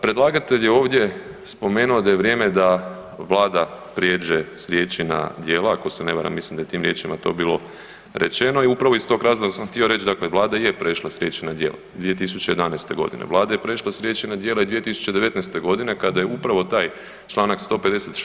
Predlagatelj je ovdje spomenuo da je vrijeme da Vlada prijeđe s riječi na djela, ako se ne varam mislim da je tim riječima to bilo rečeno i upravo iz tog razloga sam htio reći, dakle Vlada je prešla s riječi na djela 2011.g., vlada je prešla s riječi na djela i 2019.g. kada je upravo taj čl. 156.